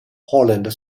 holland